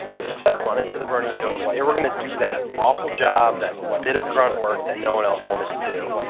as i said, run into the burning building. they were gonna do that awful job, that bit of grunt work that no one else wanted to do.